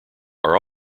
are